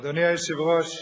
אדוני היושב-ראש,